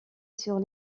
sur